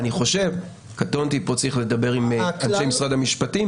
אני חושב קטונתי; פה צריך לדבר עם אנשי משרד המשפטים